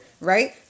Right